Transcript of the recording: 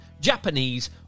Japanese